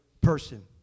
person